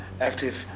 active